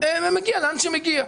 מגיע לאן שהוא מגיע.